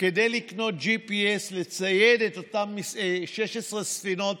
כדי לקנות GPS ולצייד את אותן 16 ספינות